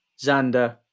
Xander